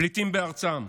פליטים בארצם.